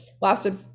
lasted